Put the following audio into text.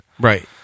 Right